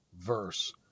verse